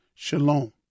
Shalom